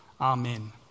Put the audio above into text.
Amen